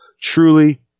Truly